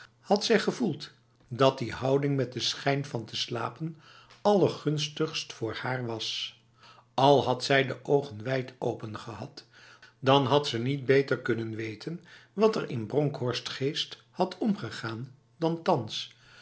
had zij gevoeld dat die houding met de schijn van te slapen allergunstigst voor haar wasai had zij de ogen wijdopen gehad dan had ze niet beter kunnen weten wat er in bronkhorsts geest had omgegaan dan thans